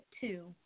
two